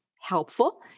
helpful